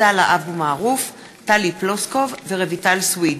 עבדאללה אבו מערוף, טלי פלוסקוב ורויטל סויד